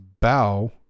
Bow